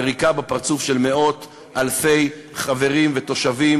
יריקה בפרצוף של מאות-אלפי חברים ותושבים